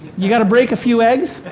you gotta break a few eggs.